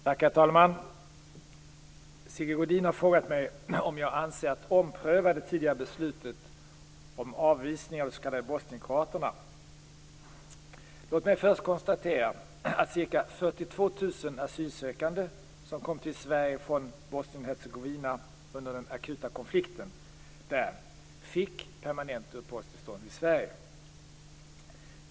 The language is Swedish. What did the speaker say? Herr talman! Sigge Godin har frågat mig om jag avser att ompröva det tidigare beslutet om avvisning av de s.k. bosnienkroaterna. Låt mig först konstatera att ca 42 000 asylsökande, som kom till Sverige från Bosnien-Hercegovina under den akuta konflikten där, fick permanent uppehållstillstånd i Sverige.